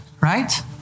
right